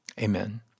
amen